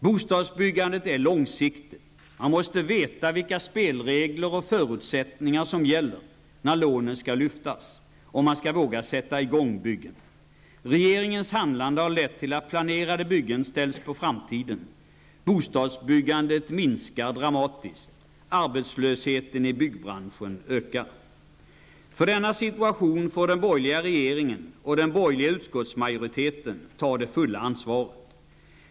Bostadsbyggandet är långsiktigt. Man måste veta vilka spelregler och förutsättningar som gäller när lånen skall lyftas, om man skall våga sätta i gång byggen. Regeringens handlande har lett till att planerade byggen ställs på framtiden. Bostadsbyggandet minskar dramatiskt. För denna situation får den borgerliga regeringen och den borgerliga utskottsmajoriteten ta det fulla ansvaret.